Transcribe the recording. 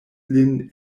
lin